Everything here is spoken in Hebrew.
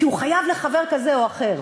כי הוא חייב לחבר כזה או אחר?